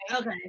okay